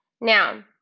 Now